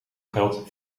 geld